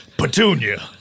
Petunia